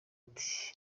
ati